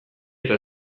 eta